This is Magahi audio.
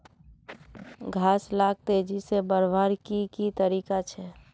घास लाक तेजी से बढ़वार की की तरीका छे?